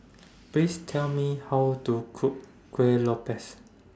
Please Tell Me How to Cook Kueh Lopes